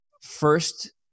first